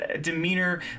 demeanor